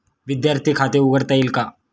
विद्यार्थी खाते उघडता येईल का?